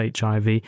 HIV